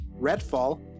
Redfall